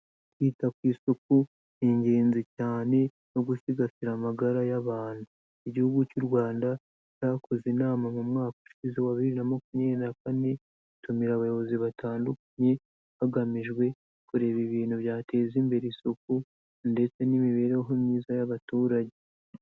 Kwita ku isuku ni ingenzi cyane no gusigasira amagara y'abantu, igihugu cy'u Rwanda cyakoze inama mu mwaka ushize wa bibiri na makumyabiri na kane, gitumira abayobozi batandukanye, hagamijwe kureba ibintu byateza imbere isuku ndetse n'imibereho myiza y'abaturage.